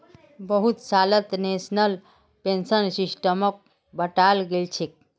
बहुत सालत national pension सिस्टमक बंटाल गेलछेक